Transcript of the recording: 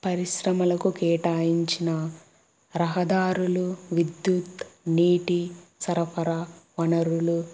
పరిశ్రమలకు కేటాయించిన రహదారులు విద్యుత్ నీటి సరఫరా వనరులు